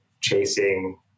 chasing